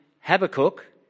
Habakkuk